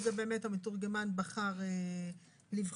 ואת זה המתורגמן בחר ללבוש,